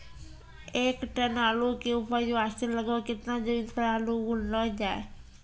एक टन आलू के उपज वास्ते लगभग केतना जमीन पर आलू बुनलो जाय?